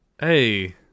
hey